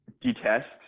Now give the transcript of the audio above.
detest